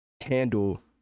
handle